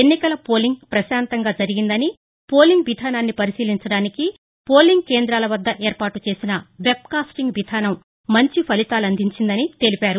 ఎన్నికల పోలింగ్ పశాంతంగా జరిగిందని పోలింగ్ విధానాన్ని పరిశీలించడానికి పోలింగ్ కేంద్రాలవద్ద ఏర్పాటు చేసిన వెబ్ కాస్లింగ్ విధానం మంచి ఫలితాలు అందించిందని తెలిపారు